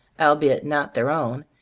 al beit not their own,